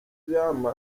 vyama